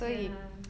yeh